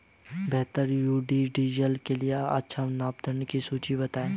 बेहतर due diligence के लिए कुछ मापदंडों की सूची बनाएं?